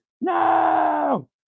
No